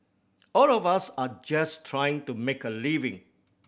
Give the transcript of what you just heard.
all of us are just trying to make a living